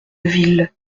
ville